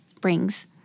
brings